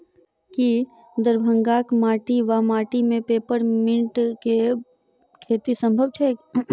की दरभंगाक माटि वा माटि मे पेपर मिंट केँ खेती सम्भव छैक?